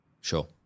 Sure